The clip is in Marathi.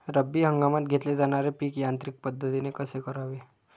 रब्बी हंगामात घेतले जाणारे पीक यांत्रिक पद्धतीने कसे करावे?